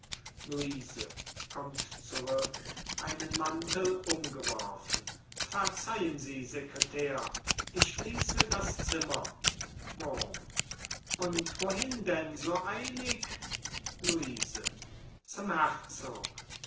umgeworfen verzeihen sie secretär ich schließe das zimmer wurm und wohin denn so eilig luise zum herzog